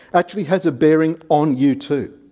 actually has a bearing on you too.